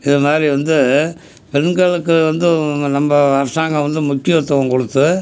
இது மாதிரி வந்து பெண்களுக்கு வந்து நம்ம அரசாங்கம் வந்து முக்கியத்துவம் கொடுத்து